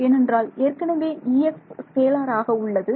ஏனென்றால் ஏற்கனவே Ex scalar ஆக உள்ளது